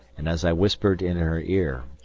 and, as i whispered in her ear,